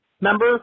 member